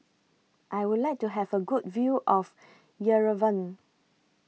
I Would like to Have A Good View of Yerevan